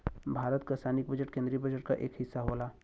भारत क सैनिक बजट केन्द्रीय बजट क एक हिस्सा होला